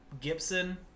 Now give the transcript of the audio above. Gibson